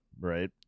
right